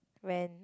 when